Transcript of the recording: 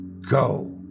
Go